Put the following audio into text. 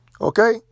Okay